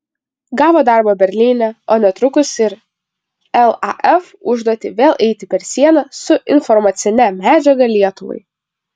gavo darbo berlyne o netrukus ir laf užduotį vėl eiti per sieną su informacine medžiaga lietuvai